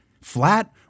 flat